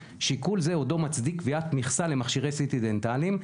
שיקול זה עודו מצדיק קביעת מכסה למכשירי CT דנטליים,